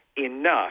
enough